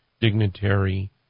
dignitary